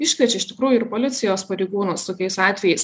iškviečia iš tikrųjų ir policijos pareigūnus tokiais atvejais